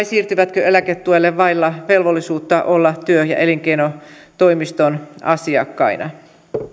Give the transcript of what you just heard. siirtyvätkö eläketuelle vailla velvollisuutta olla työ ja elinkeinotoimiston asiakkaina